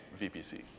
VPC